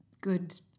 good